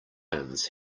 ions